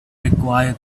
required